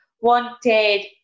wanted